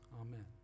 Amen